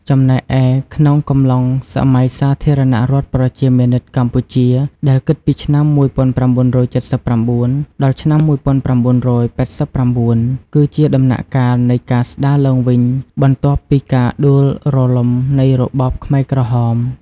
ចំណែកឯក្នុងកំឡុងសម័យសាធារណរដ្ឋប្រជាមានិតកម្ពុជា ដែលគិតពី ឆ្នាំ ១៩៧៩ ដល់ ឆ្នាំ ១៩៨៩ គឺជាដំណាក់កាលនៃការស្ដារឡើងវិញបន្ទាប់ពីការដួលរលំនៃរបបខ្មែរក្រហម។